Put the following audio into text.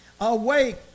Awake